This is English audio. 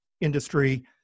industry